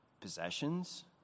possessions